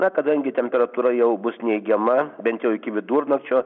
na kadangi temperatūra jau bus neigiama bent jau iki vidurnakčio